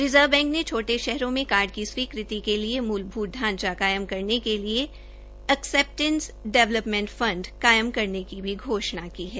reserve bank ने छोटे शहरों में कार्ड की स्वीक़ति के लिए मूलभूत ढांचा कायम करने के लिए एक्सेप्टेंस डिवैलमेंट फंट कायम करने की भी घोषणा की है